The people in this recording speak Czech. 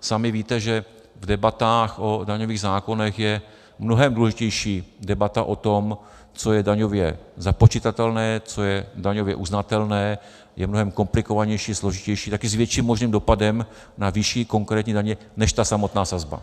sami víte, že v debatách o daňových zákonech je mnohem důležitější debata o tom, co je daňově započitatelné, co je daňově uznatelné, je mnohem komplikovanější, složitější, taky s větším možným dopadem na výši konkrétní daně, než ta samotná sazba.